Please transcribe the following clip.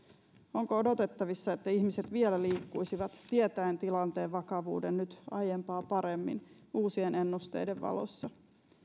onko odotettavissa että ihmiset vielä liikkuisivat tietäen tilanteen vakavuuden nyt aiempaa paremmin uusien ennusteiden valossa